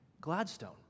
Gladstone